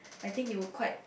I think he would quite